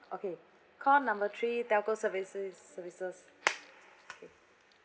okay call number three telco services services okay